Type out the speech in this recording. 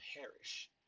perish